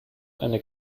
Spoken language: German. eine